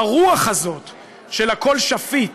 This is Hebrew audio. הרוח הזאת של "הכול שפיט",